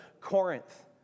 Corinth